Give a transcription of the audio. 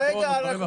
אה, תודה רבה.